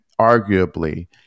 arguably